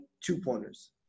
two-pointers